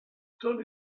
tony